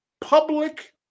public